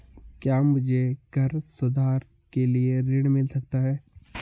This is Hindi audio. क्या मुझे घर सुधार के लिए ऋण मिल सकता है?